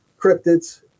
cryptids